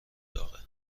داغه